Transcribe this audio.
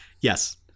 Yes